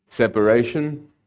Separation